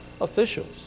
officials